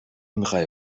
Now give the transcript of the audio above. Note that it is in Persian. میخوایی